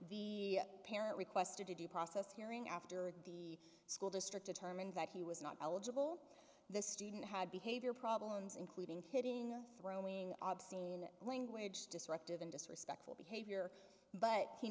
the parent requested to due process hearing after the school district a term in that he was not eligible the student had behavior problems including hitting throwing obscene language disruptive and disrespectful behavior but he